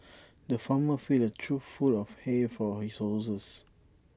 the farmer filled A trough full of hay for his horses